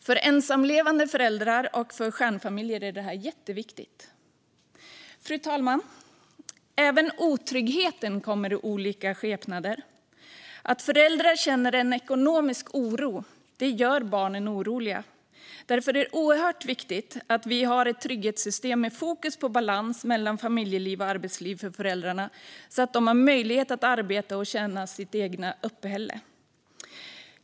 För ensamlevande föräldrar och för stjärnfamiljer är detta jätteviktigt. Fru talman! Även otrygghet kommer i olika skepnader. Att föräldrarna känner en ekonomisk oro gör barn oroliga. Därför är det oerhört viktigt att vi har ett trygghetssystem med fokus på balans mellan familjeliv och arbetsliv för föräldrarna så de har möjlighet att arbeta och tjäna sitt eget uppehälle.